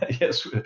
Yes